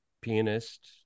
pianist